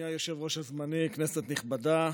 אדוני היושב-ראש הזמני, כנסת נכבדה,